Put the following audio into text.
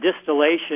distillation